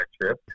trip